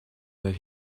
that